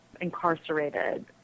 incarcerated